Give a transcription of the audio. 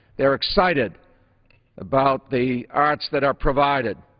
they're excited about the arts that are provided.